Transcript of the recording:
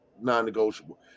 non-negotiable